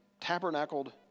tabernacled